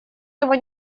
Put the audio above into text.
его